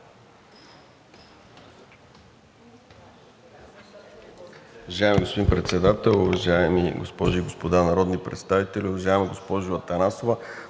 Уважаеми господин Председател, уважаеми госпожи и господа народни представители, уважаема госпожо Атанасова,